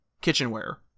kitchenware